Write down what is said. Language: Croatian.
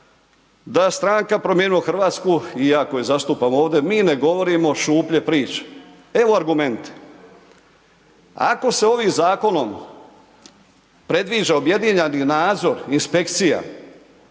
da stranka Promijenimo Hrvatsku, iako je zastupim ovdje, mi ne govorimo šuplje priče. Evo argument, ako se ovim zakonom, predviđa objedinjeni nadzor inspekcija,